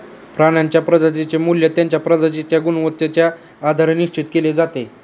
प्राण्यांच्या प्रजातींचे मूल्य त्यांच्या प्रजातींच्या गुणवत्तेच्या आधारे निश्चित केले जाते